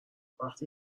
وقتی